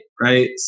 right